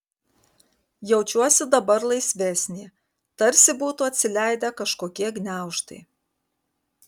jaučiuosi dabar laisvesnė tarsi būtų atsileidę kažkokie gniaužtai